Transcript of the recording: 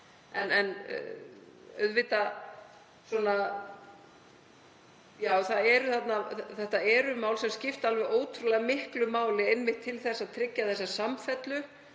varðar. Þetta eru mál sem skipta alveg ótrúlega miklu máli, einmitt til að tryggja þessa samfellu,